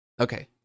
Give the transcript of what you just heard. okay